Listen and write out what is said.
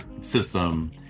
system